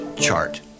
chart